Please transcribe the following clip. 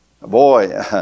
Boy